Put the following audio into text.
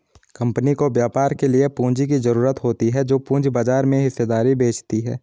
company को व्यापार के लिए पूंजी की ज़रूरत होती है जो पूंजी बाजार में हिस्सेदारी बेचती है